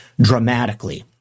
dramatically